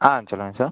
ஆ சொல்லுங்கள் சார்